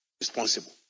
responsible